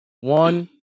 One